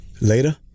later